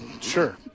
sure